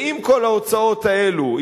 ועם כל ההוצאות האלו,